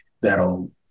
that'll